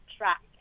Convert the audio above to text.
track